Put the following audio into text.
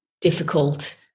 difficult